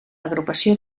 agrupació